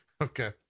okay